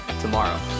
tomorrow